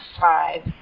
five